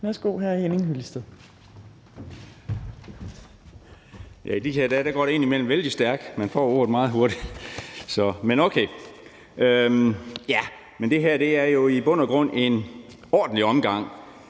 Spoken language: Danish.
(Ordfører) Henning Hyllested (EL): I de her dage går det indimellem vældig stærkt, så man får ordet meget hurtigt. Det her er jo i bund og grund en ordentlig omgang,